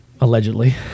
Allegedly